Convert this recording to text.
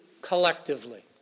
collectively